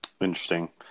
Interesting